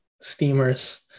steamers